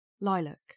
Lilac